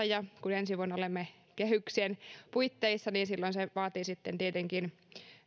ja kun ensi vuonna olemme kehyksen puitteissa niin silloin se vaatii sitten tietenkin